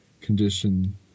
condition